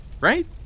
Right